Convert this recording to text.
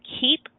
keep